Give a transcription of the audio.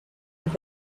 with